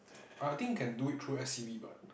I think can do it through S_C_B but